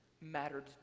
mattered